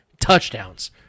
touchdowns